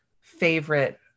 favorite